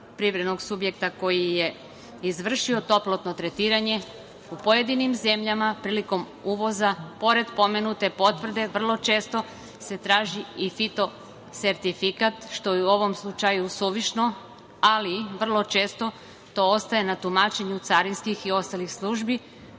privrednog subjekta koji je izvršio toplotno tretiranje, u pojedinim zemljama prilikom uvoza, pored pomenute potvrde, vrlo često se traži i fito sertifikat što je u ovom slučaju suvišno, ali vrlo često to ostaje na tumačenju carinskih i ostalih službi,